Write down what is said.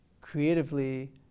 creatively